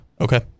Okay